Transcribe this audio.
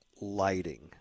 lighting